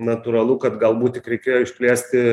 natūralu kad galbūt tik reikėjo išplėsti